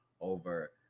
over